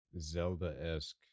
Zelda-esque